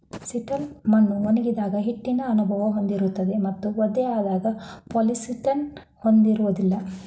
silt ಮಣ್ಣು ಒಣಗಿದಾಗ ಹಿಟ್ಟಿನ ಅನುಭವ ಹೊಂದಿರುತ್ತದೆ ಮತ್ತು ಒದ್ದೆಯಾದಾಗ ಪ್ಲಾಸ್ಟಿಟಿನ ಹೊಂದಿರೋದಿಲ್ಲ